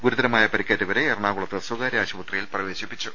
ഗുരുതരമായി പരിക്കേറ്റവരെ എറണാകുളത്ത് സ്വകാര്യ ആശുപത്രിയിൽ പ്രവേശിപ്പിച്ചു